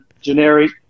generic